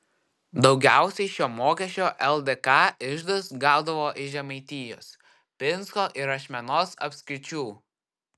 daugiausiai šio mokesčio ldk iždas gaudavo iš žemaitijos pinsko ir ašmenos apskričių